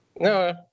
No